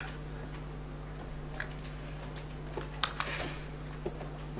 לאגף התקציבים